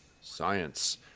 Science